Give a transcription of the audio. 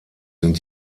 sind